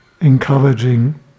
encouraging